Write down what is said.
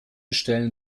stellen